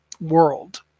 world